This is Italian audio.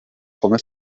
come